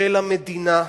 של המדינה,